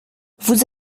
vous